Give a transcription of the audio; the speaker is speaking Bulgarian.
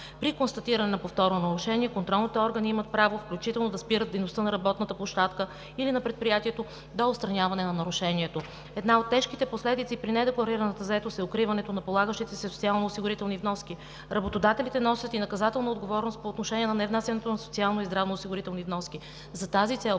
При констатиране на повторно нарушение контролните органи имат право включително да спират дейността на работната площадка или на предприятието до отстраняване на нарушението. Една от тежките последици при недекларираната заетост е укриването на полагащите се социално-осигурителни вноски. Работодателите носят и наказателна отговорност по отношение на невнасянето на социални и здравно-осигурителни вноски. За тази цел